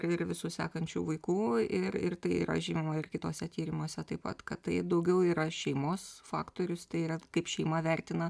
ir visų sekančių vaikų ir ir tai yra žinoma ir kituose tyrimuose taip pat kad tai daugiau yra šeimos faktorius tai yra kaip šeima vertina